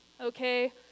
okay